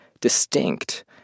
distinct